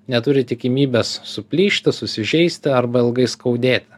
neturi tikimybės suplyšti susižeisti arba ilgai skaudėti